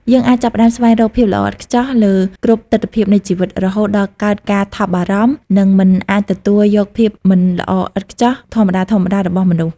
យើងអាចចាប់ផ្ដើមស្វែងរកភាពល្អឥតខ្ចោះលើគ្រប់ទិដ្ឋភាពនៃជីវិត រហូតដល់កើតការថប់បារម្ភ និងមិនអាចទទួលយកភាពមិនល្អឥតខ្ចោះធម្មតាៗរបស់មនុស្ស។